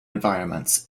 environments